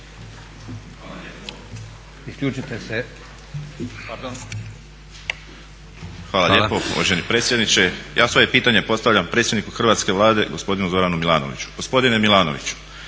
Josip Borić. **Borić, Josip (HDZ)** Hvala lijepo uvaženi predsjedniče. Ja svoje pitanje postavljam predsjedniku hrvatske Vlade gospodinu Zoranu Milanoviću. Gospodine Milanoviću,